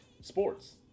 sports